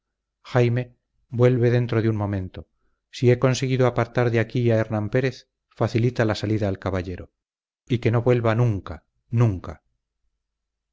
jaime vuelve dentro de un momento si he conseguido apartar de aquí a hernán pérez facilita la salida al caballero y que no vuelva nunca nunca